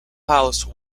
house